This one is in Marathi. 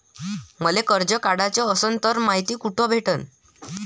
मले कर्ज काढाच असनं तर मायती कुठ भेटनं?